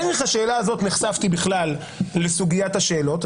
דרך השאלה הזאת נחשפתי לכלל סוגיית השאלות,